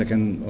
like an